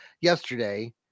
yesterday